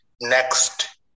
next